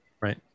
right